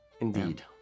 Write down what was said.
Indeed